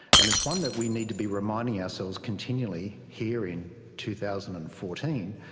and it's one that we need to be reminding ourselves continually here in two thousand and fourteen,